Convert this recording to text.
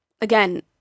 again